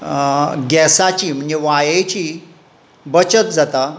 गॅसाची म्हणजे वायेची बचत जाता